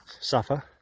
suffer